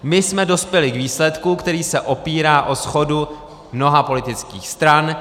My jsme dospěli k výsledku, který se opírá o shodu mnoha politických stran.